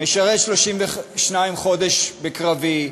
משרת 32 חודש בקרבי,